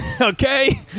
okay